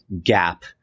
gap